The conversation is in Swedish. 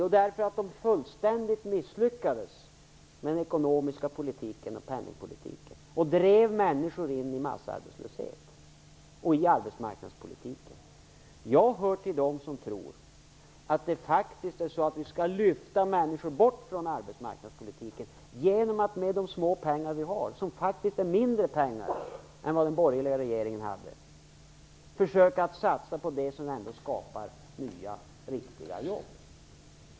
Jo, därför att man fullständigt misslyckades med den ekonomiska politiken och penningpolitiken och drev människor in i massarbetslöshet och in i arbetsmarknadspolitiken. Jag hör till dem som faktiskt tror att vi skall lyfta människor bort från arbetsmarknadspolitiken genom att med de få pengar vi har - det är faktiskt mindre än vad den borgerliga regeringen hade - försöka att satsa på det som ändå skapar nya riktiga jobb.